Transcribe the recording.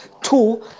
Two